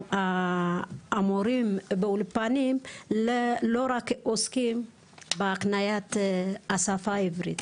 המורים באולפנים עוסקים לא רק בהקניית השפה העברית,